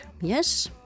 Yes